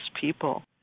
people